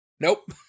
Nope